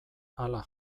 hala